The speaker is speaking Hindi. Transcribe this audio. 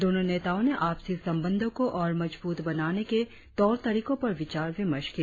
दोनो नेताओ ने आपसी संबंधो को और मजबूत बनाने के तौर तरीकों पर विचार विमर्श किया